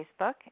Facebook